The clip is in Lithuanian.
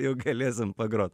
jau galėsim pagrot